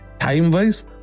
Time-wise